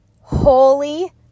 holy